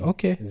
Okay